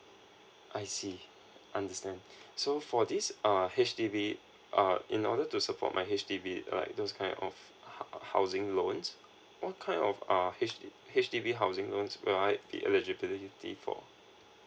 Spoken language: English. I see understand so for this err H_D_B uh in order to support my H_D_B like those kind of hou~ housing loans what kind of err H H_D_B housing loans will I be eligibility for